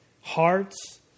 hearts